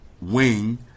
wing